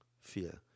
Fear